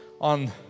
on